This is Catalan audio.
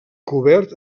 cobert